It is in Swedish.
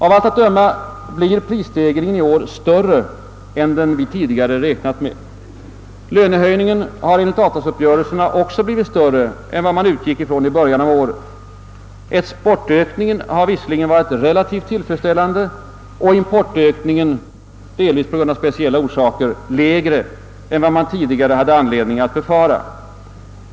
Av allt att döma blir prisstegringen i år större än den vi tidigare räknat med. Lönehöjningen har enligt avtalsuppgörelserna också blivit större än vad man utgick från i början av året. Exportökningen har visserligen varit relativt tillfredsställande och importökningen — delvis av speciella orsaker — lägre än vad man tidigare hade anledning att befara.